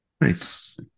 Nice